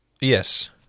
Yes